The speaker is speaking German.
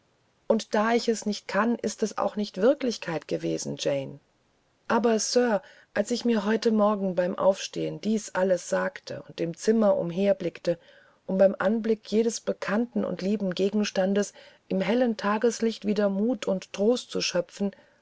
und da ich es nicht kann ist es auch nicht wirklichkeit gewesen jane aber sir als ich mir heute morgen beim aufstehen dies alles sagte und im zimmer umherblickte um beim anblick jedes bekannten und lieben gegenstandes im hellen tageslicht wieder mut und trost zu schöpfen